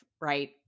right